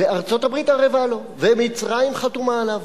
ארצות-הברית ערבה לו ומצרים חתומה עליו,